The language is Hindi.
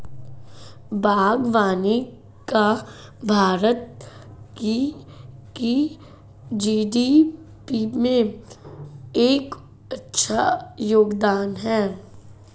बागवानी का भारत की जी.डी.पी में एक अच्छा योगदान है